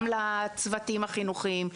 גם לצוותים החינוכיים,